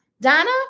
Donna